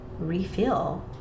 refill